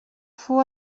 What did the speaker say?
fou